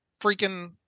freaking